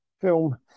film